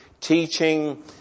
teaching